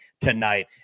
tonight